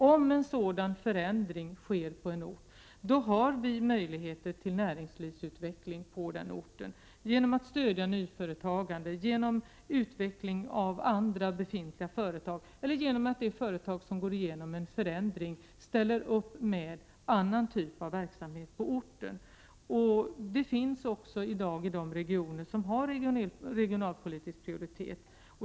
Om en sådan förändring sker på en ort, har vi möjligheter till näringslivsutveckling på den orten genom att stödja nyföretagande, genom utveckling av andra befintliga företag eller genom att det företag som går igenom en förändring ställer upp med annan typ av verksamhet på orten. Sådan verksamhet finns också i dag i de regioner som har regionalpolitisk prioritet.